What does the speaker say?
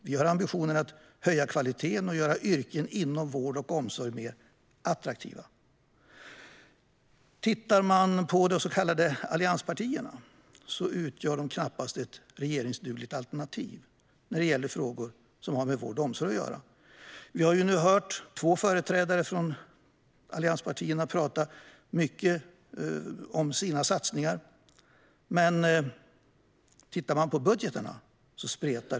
Vi har ambitionen att höja kvaliteten och göra yrken inom vård och omsorg mer attraktiva. Tittar man på de så kallade allianspartierna utgör de knappast ett regeringsdugligt alternativ när det gäller frågor som har med vård och omsorg att göra. Vi har nu hört två företrädare från allianspartierna prata mycket om sina satsningar, men budgetarna spretar.